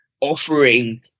offering